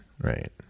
right